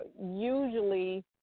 usually